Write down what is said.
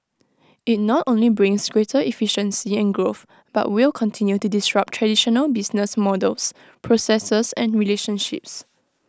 IT not only brings greater efficiency and growth but will continue to disrupt traditional business models processes and relationships